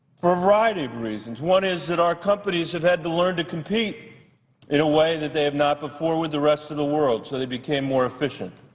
variety of reasons. one is that our companies have had to learn to compete in a way that they have not before with the rest of the world so they became more efficient.